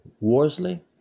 Worsley